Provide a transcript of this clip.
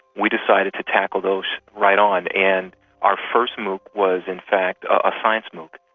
we decided to tackle those right on and our first mooc was in fact a science mooc,